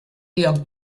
lloc